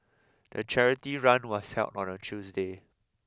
the charity run was held on a Tuesday